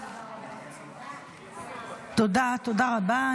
תודה רבה.